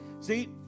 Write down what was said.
See